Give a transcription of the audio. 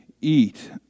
eat